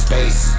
Space